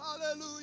Hallelujah